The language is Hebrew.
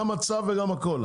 גם הצו וגם הכל,